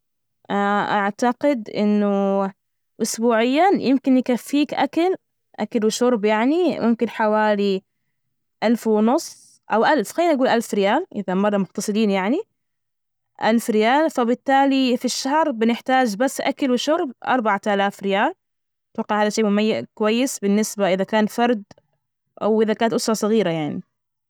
أعتقد إنه أسبوعيا يمكن يكفيك أكل- أكل وشرب يعني ممكن حوالي ، آلف ونص أو ألف، خلينا نجول ألف ريال، إذا مرة مقتصدين يعني. ألف ريال، فبالتالي في الشهر بنحتاج بس أكل وشرب أربعة آلاف ريال، أتوقع هذا الشي كويس، بالنسبة إذا كان فرد أو إذا كانت أسرة صغيرة يعني.